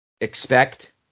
expect